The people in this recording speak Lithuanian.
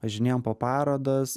važinėjam po parodas